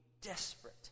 desperate